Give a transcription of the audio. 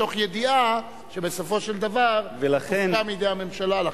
מתוך ידיעה שבסופו של דבר היא תופקע מידי הממשלה.